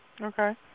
Okay